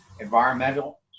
environmental